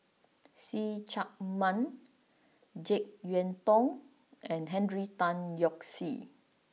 See Chak Mun Jek Yeun Thong and Henry Tan Yoke See